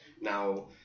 now